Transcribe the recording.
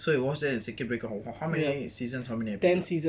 so you watch that in circuit breaker for how many seasons how many episodes